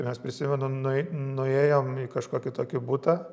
ir mes prisimenu nuei nuėjom į kažkokį tokį butą